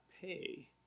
pay